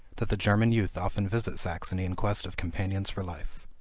that the german youth often visit saxony in quest of companions for life.